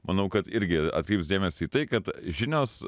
manau kad irgi atkreips dėmesį į tai kad žinios